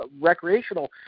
recreational